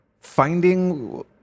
finding –